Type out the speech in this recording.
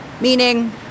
Meaning